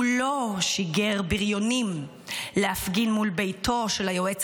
הוא לא שיגר בריונים להפגין מול ביתו של היועץ